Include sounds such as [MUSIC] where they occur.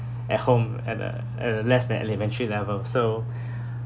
at home at a at a less than elementary level so [BREATH]